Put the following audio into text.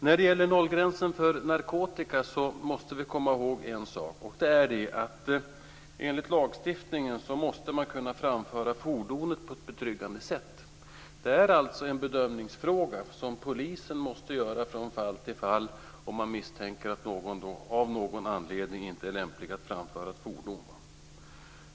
När det gäller nollgränsen för narkotika måste vi komma ihåg en sak, nämligen att man enligt lagstiftningen måste kunna framföra fordonet på ett betryggande sätt. Det är alltså en fråga om en bedömning som polisen måste göra från fall till fall om man misstänker att någon, av någon anledning, inte är lämplig att framföra ett fordon.